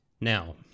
Now